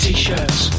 T-shirts